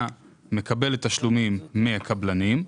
המדינה מתקצבת אותו בצורה ישירה לחלוטין.